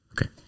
Okay